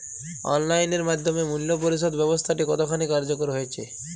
Online এর মাধ্যমে মূল্য পরিশোধ ব্যাবস্থাটি কতখানি কার্যকর হয়েচে?